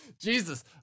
Jesus